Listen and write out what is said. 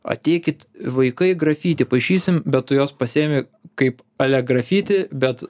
ateikit vaikai grafiti paišysim bet tu juos pasiimi kaip ale grafiti bet